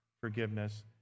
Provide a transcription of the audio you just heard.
forgiveness